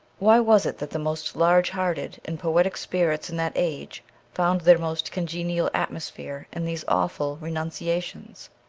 why was it that the most large-hearted and poetic spirits in that age found their most congenial atmosphere in these awful renunciations?